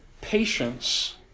patience